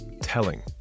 telling